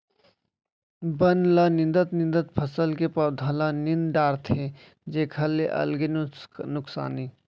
बन ल निंदत निंदत फसल के पउधा ल नींद डारथे जेखर ले अलगे नुकसानी